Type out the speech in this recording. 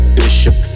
bishop